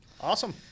awesome